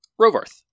Rovarth